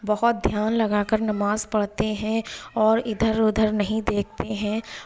بہت دھیان لگا کر نماز پڑھتے ہیں اور ادھر ادھر نہیں دیکھتے ہیں